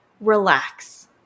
relax